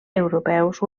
europeus